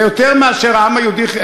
זה יותר מאשר העם היהודי,